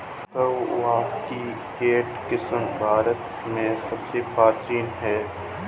कहवा की केंट किस्म भारत में सबसे प्राचीन है